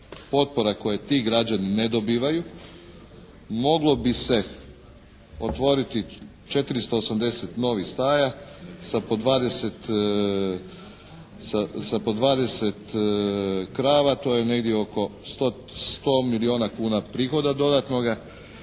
potpora koje ti građani ne dobivaju moglo bi se otvoriti 480 novih staja sa po 20 krava. To je negdje oko 100 milijuna kuna prihoda dodatnoga.